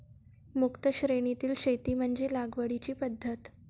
मुक्त श्रेणीतील शेती म्हणजे लागवडीची पद्धत